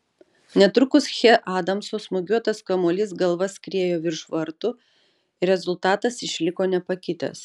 netrukus che adamso smūgiuotas kamuolys galva skriejo virš vartų ir rezultatas išliko nepakitęs